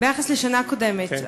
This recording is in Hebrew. ביחס לשנה הקודמת.